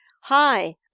Hi